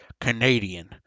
Canadian